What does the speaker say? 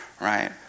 right